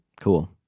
Cool